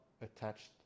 attached